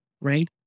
right